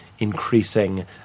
Increasing